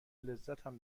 لذتم